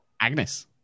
Agnes